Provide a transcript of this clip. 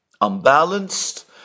unbalanced